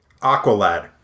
Aqualad